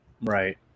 Right